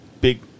big